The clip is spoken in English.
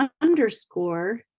underscore